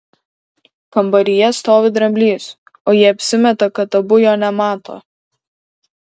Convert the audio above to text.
kambaryje stovi dramblys o jie apsimeta kad abu jo nemato